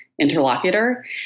interlocutor